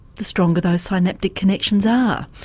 the stronger those synaptic connections are.